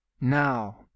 Now